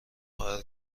خواهر